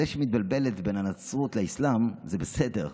זה שהיא מתבלבלת בין הנצרות לאסלאם זה בסדר,